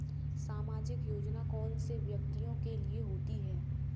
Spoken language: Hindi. सामाजिक योजना कौन से व्यक्तियों के लिए होती है?